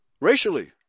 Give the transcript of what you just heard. Racially